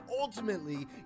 ultimately